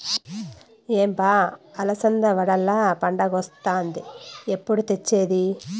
ఏం బా అలసంద వడియాల్ల పండగొస్తాంది ఎప్పుడు తెచ్చేది